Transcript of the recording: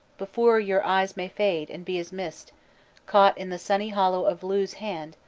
before your eyes may fade, and be as mist caught in the sunny hollow of lu's hand,